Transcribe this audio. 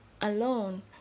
alone